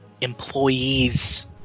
employees